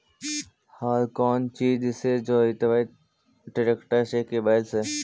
हर कौन चीज से जोतइयै टरेकटर से कि बैल से?